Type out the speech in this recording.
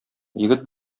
егет